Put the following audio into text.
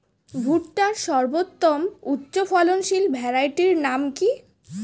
ভুট্টার সর্বোত্তম উচ্চফলনশীল ভ্যারাইটির নাম কি?